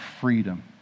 freedom